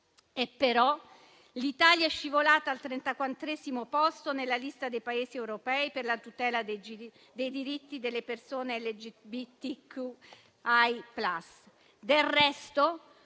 però, è scivolata al trentaquattresimo posto nella lista dei Paesi europei per la tutela dei diritti delle persone LGBTQI+.